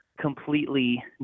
completely